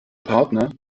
partner